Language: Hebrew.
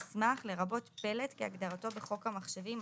"מסמך" לרבות פלט כהגדרתו בחוק המחשבים,